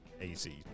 AC